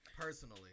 Personally